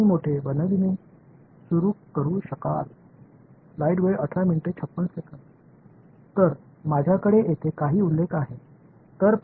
எனவே நீங்கள் பழமைவாதமாக சில சிறிய n ஐத் தேர்வுசெய்து பின்னர் n ஐ பெரியதாகவும்மேலும் பெரியதாகவும் மாற்றத் தொடங்கலாம்